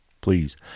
please